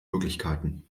möglichkeiten